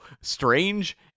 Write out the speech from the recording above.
strange